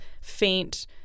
faint